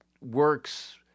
works